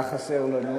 היה חסר לנו,